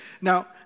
Now